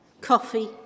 coffee